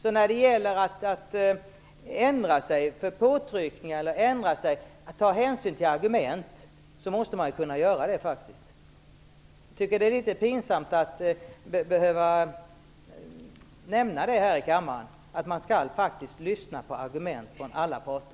Man måste faktiskt kunna ta hänsyn till argument och ändra sig efter påtryckningar. Det är litet pinsamt att behöva nämna det här i kammaren. Man skall faktiskt lyssna på argument från alla parter.